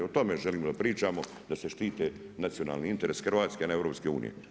O tome želim da pričamo, da se štiti nacionalne interesi Hrvatske, a ne EU.